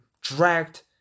dragged